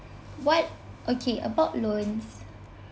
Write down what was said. what okay about loans